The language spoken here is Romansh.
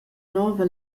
nova